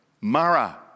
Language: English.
Mara